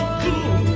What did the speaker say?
cool